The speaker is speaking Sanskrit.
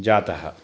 जातः